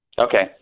Okay